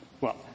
Well-